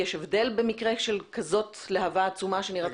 כשיש להבה עצומה הרבה